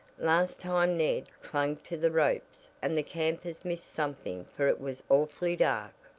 last time ned clung to the ropes and the campers missed something for it was awfully dark.